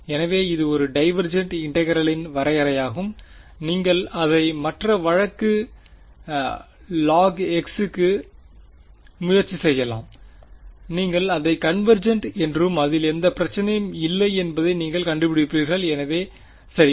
எனவே இது ஒரு டைவெர்ஜெண்ட் இன்டெக்ரேலின் வரையறையாகும் நீங்கள் அதை மற்ற வழக்கு log க்கு முயற்சி செய்யலாம் நீங்கள் அதை கன்வெர்ஜெண்ட் என்றும் அதில் எந்த பிரச்னையும் இல்லை என்பதை நீங்கள் கண்டுபிடிப்பீர்கள் எனவே சரி